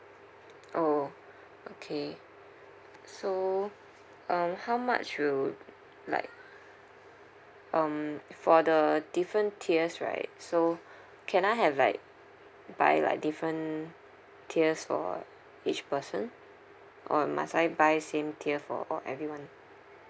oh okay so um how much will like um for the different tiers right so can I have like buy like different tiers for each person or must I buy same tier for all everyone